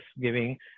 giving